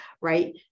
Right